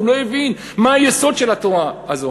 הוא לא הבין מה היסוד של התורה הזאת.